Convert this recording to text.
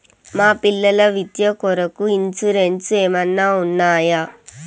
మా పిల్లల విద్య కొరకు ఇన్సూరెన్సు ఏమన్నా ఉన్నాయా?